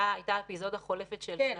הייתה אפיזודה חולפת של --- כן.